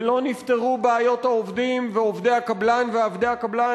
ולא נפתרו בעיות העובדים ועובדי הקבלן ועבדי הקבלן.